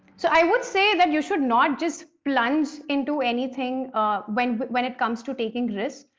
so i would say that you should not just plunge into anything when but when it comes to taking risks.